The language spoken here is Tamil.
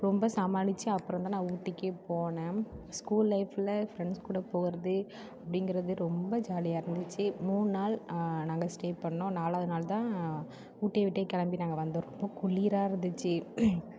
ரொம்ப சமாளித்து அப்றம் தான் நான் ஊட்டிக்கு போனேன் ஸ்கூல் லைஃப்பில் ஃப்ரெண்ட்ஸ் கூட போகிறது அப்படிங்கிறது ரொம்ப ஜாலியாக இருந்துச்சு மூணு நாள் நாங்கள் ஸ்டே பண்ணோம் நாலாவது நாள் தான் ஊட்டியை விட்டு கிளம்பி நாங்கள் வந்திருப்போம் குளிராக இருந்துச்சு